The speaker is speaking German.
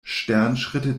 sternschritte